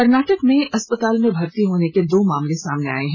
कर्नाटक में अस्पताल में भर्ती होने के दो मामले सामने आए हैं